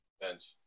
bench